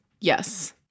Yes